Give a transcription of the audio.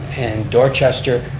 and dorchester,